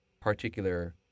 particular